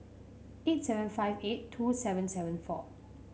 eight seven five eight two seven seven four